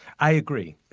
i agree.